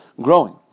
growing